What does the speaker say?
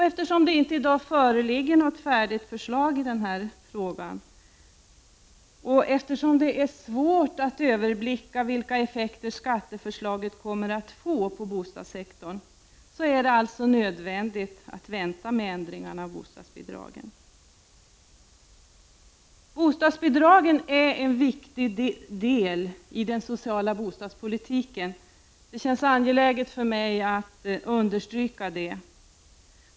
Eftersom det i dag inte föreligger något färdigt förslag i den frågan och eftersom det är svårt att överblicka effekterna på bostadssektorn av skatteomläggningen, är det nödvändigt att vänta med ändringar av bostadsbidragen. Bostadsbidragen är en viktig del av den sociala bostadspolitiken — det känns angeläget för mig att understryka det.